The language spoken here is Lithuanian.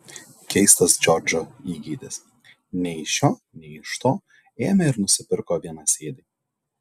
keistas džordžo įgeidis nei iš šio nei iš to ėmė ir nusipirko vienasėdį